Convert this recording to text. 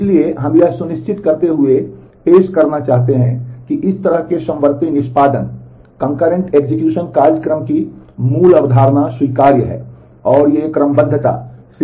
इसलिए हम यह सुनिश्चित करते हुए पेश करना चाहते हैं कि इस तरह के समवर्ती निष्पादन की धारणा हैं